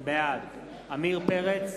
בעד עמיר פרץ,